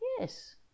Yes